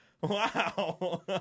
Wow